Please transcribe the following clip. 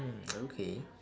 mm okay